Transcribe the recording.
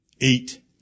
eight